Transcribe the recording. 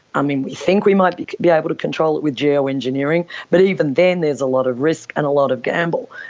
i mean, we think we might be able to control it with geo-engineering, but even then there is a lot of risk and a lot of gamble.